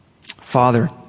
Father